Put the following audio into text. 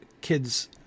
kids